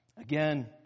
Again